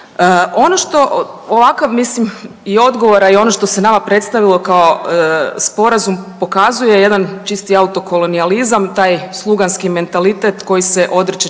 Ono što ovakav, mislim i odgovor, a i ono što se nama predstavilo kao Sporazum, pokazuje jedan čisti autokolonijalizam, taj sluganski mentalitet koji se odriče